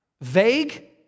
Vague